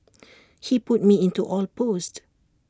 he put me into all post